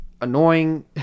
annoying